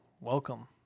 welcome